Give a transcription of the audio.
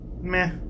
Meh